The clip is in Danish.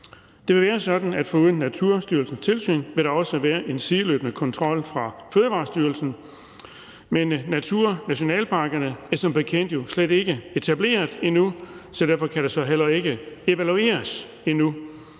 Det vil være sådan, at der foruden Naturstyrelsens tilsyn også vil være en sideløbende kontrol fra Fødevarestyrelsen. Men naturnationalparkerne er som bekendt jo slet ikke etableret endnu, så derfor kan der så heller ikke evalueres endnu.